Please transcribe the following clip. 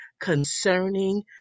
concerning